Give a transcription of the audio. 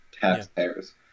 taxpayers